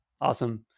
Awesome